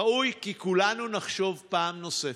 ראוי כי כולנו נחשוב פעם נוספת.